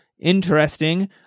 Interesting